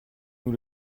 nous